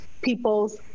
people's